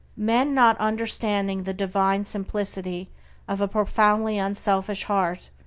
men, not understanding the divine simplicity of a profoundly unselfish heart,